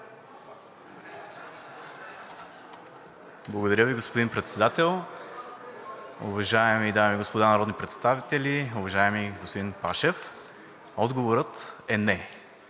Благодаря Ви, господин Председател. Уважаеми дами и господа народни представители! Уважаеми господин Пашев, отговорът е не.